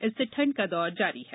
इससे ठंड का दौर जारी है